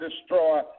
destroy